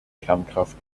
kernkraft